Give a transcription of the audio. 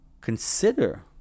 consider